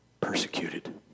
persecuted